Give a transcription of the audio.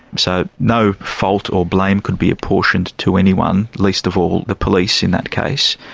so no fault or blame could be apportioned to anyone, least of all the police in that case,